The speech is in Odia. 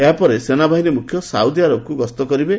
ଏହାପରେ ସେନାବାହିନୀ ମୁଖ୍ୟ ସାଉଦି ଆରବକୁ ଗସ୍ତ କରିବେ